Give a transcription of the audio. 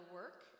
work